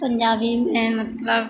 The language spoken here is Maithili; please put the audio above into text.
पंजाबीमे मतलब